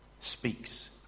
speaks